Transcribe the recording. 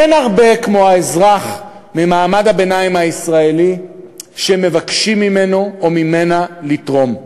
אין הרבה כמו האזרח ממעמד הביניים הישראלי שמבקשים ממנו או ממנה לתרום.